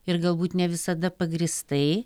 ir galbūt ne visada pagrįstai